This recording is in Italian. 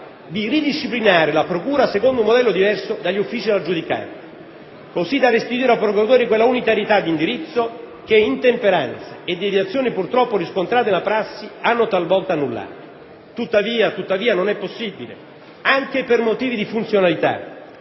di ridisciplinare la procura secondo un modello diverso dagli uffici della giudicante, così da restituire ai procuratori quella unitarietà di indirizzo, che intemperanze e deviazioni purtroppo riscontrate nella prassi hanno talvolta annullato; tuttavia non è possibile, anche per motivi di funzionalità,